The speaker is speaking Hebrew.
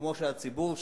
כמו שהציבור שומע,